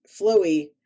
flowy